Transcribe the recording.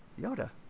Yoda